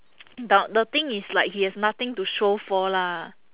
but the thing is like he has nothing to show for lah